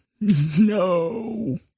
No